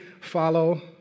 follow